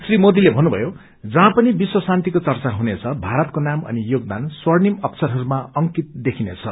श्री मोदीले भन्नुभयो जहाँ पनि विश्व शान्तिको चर्चा हुनेछ भारतको नाम अनि योगदान स्वर्णिम अक्षरहरूमा अंकित देखिनेछ